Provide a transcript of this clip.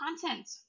content